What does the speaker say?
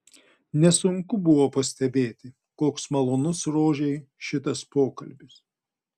nesunku buvo pastebėti koks malonus rožei šitas pokalbis